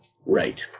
Right